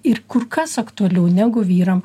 ir kur kas aktualiau negu vyram